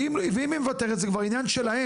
ואם היא מוותרת זה כבר עניין שלהם.